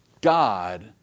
God